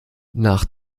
nach